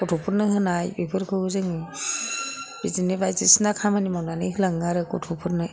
गथ'फोरनो होनाय बेफोरखौबो जों बिदिनो बायदिसिना खामानि मावनानै होलाङो आरो गथ'फोरनो